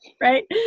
right